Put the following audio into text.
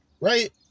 right